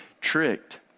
tricked